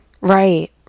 Right